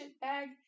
bag